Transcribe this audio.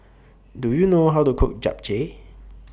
Do YOU know How to Cook Japchae